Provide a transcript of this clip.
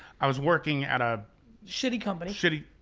i was working at a shitty company. shitty,